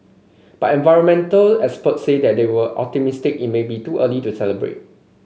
but environmental experts say that they were optimistic it may be too early to celebrate